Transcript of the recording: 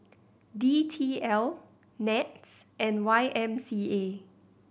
D T L NETS and Y M C A